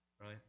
right